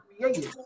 created